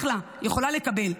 אחלה, יכולה לקבל.